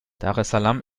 daressalam